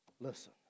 listen